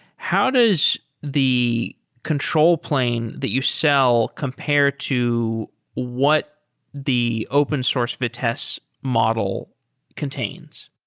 how does the control plane that you sell compare to what the open source vitess model contains?